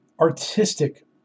artistic